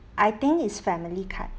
I think is family card